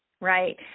right